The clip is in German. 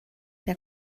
der